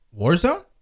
Warzone